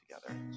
together